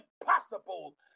impossible